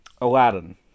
Aladdin